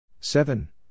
seven